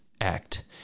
act